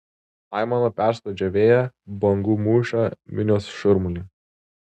aimana perskrodžia vėją bangų mūšą minios šurmulį